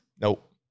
nope